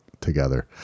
together